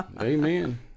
Amen